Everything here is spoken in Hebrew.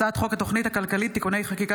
הצעת חוק התוכנית הכלכלית (תיקוני חקיקה